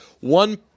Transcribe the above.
one